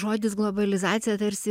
žodis globalizacija tarsi